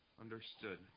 understood